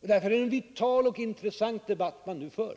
Därför är det en vital och intressant debatt som man nu för.